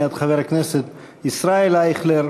מאת חבר הכנסת ישראל אייכלר,